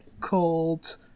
called